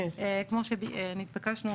כמו שנתבקשנו,